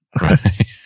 Right